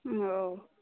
औ